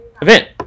event